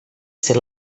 ser